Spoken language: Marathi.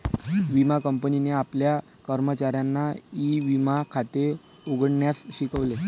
विमा कंपनीने आपल्या कर्मचाऱ्यांना ई विमा खाते उघडण्यास शिकवले